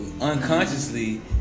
unconsciously